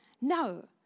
No